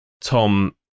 Tom